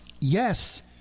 yes